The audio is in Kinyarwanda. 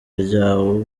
ryawo